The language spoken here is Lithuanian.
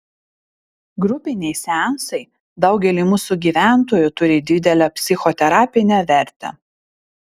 grupiniai seansai daugeliui mūsų gyventojų turi didelę psichoterapinę vertę